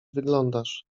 wyglądasz